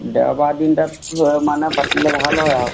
দেওবাৰ দিন এটাত মানে পাতিলে ভাল হয় আৰু